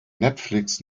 netflix